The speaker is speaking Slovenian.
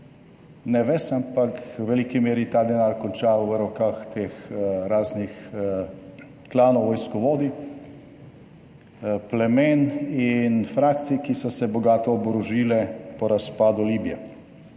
ne ves, ampak v veliki meri ta denar konča v rokah teh raznih klanov, vojskovodij, plemen in frakcij, ki so se bogato oborožile po razpadu Libije,